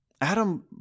Adam